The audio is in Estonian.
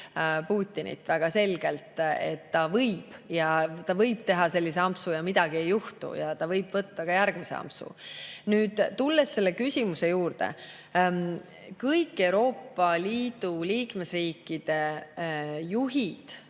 Putinit väga selgelt: kui ta võib võtta sellise ampsu ja midagi ei juhtu, siis ta võib võtta ka järgmise ampsu. Nüüd, tulles selle küsimuse juurde, kõik Euroopa Liidu liikmesriikide juhid